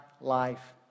life